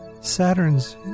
Saturn's